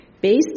Based